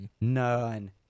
None